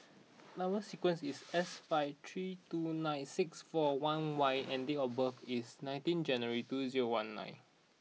number sequence is S five three two nine six four one Y and date of birth is nineteen January two zero one nine